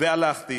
הלכתי